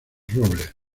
robles